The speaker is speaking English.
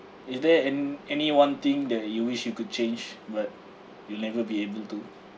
is there an~ any one thing that you wish you could change but you'll never be able to